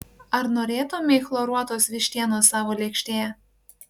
ar norėtumei chloruotos vištienos savo lėkštėje